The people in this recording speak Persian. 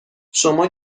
شما